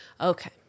Okay